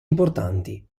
importanti